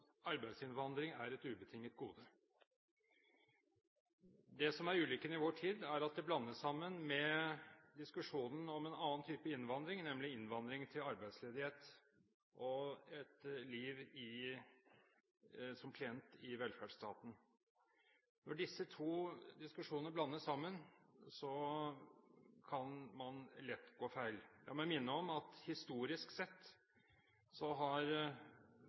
det blandes sammen med diskusjonen om en annen type innvandring, nemlig innvandring til arbeidsledighet og et liv som klient i velferdsstaten. Når disse to diskusjonene blandes sammen, kan man lett gå feil. La meg minne om at historisk sett har